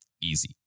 easy